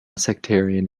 sectarian